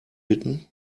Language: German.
bitten